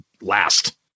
last